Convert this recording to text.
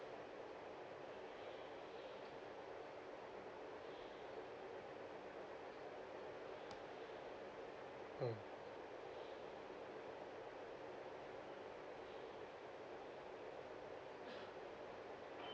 mm